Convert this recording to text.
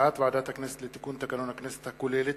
הכוללת